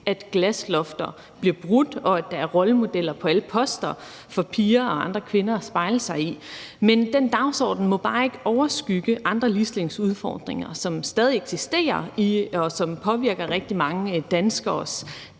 at glaslofter bliver brudt, og at der er rollemodeller på alle poster for piger og andre kvinder at spejle sig i. Men sådan en dagsorden må bare ikke overskygge andre ligestillingsudfordringer, som stadig eksisterer, og som påvirker rigtig mange danskeres